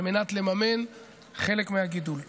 על מנת לממן חלק מהגידול.